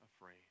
afraid